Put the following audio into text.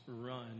run